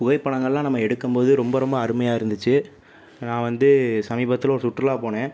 புகைப்படங்களெலாம் நம்ம எடுக்கும் போது ரொம்ப ரொம்ப அருமையாக இருந்துச்சு நான் வந்து சமீபத்தில் ஒரு சுற்றுலா போனேன்